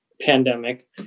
pandemic